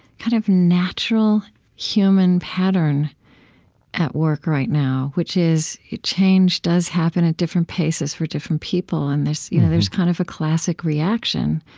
kind of natural human pattern at work right now, which is, change does happen at different paces for different people, and there's you know there's kind of a classic reaction.